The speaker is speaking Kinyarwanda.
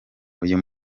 uyu